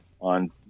on